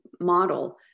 model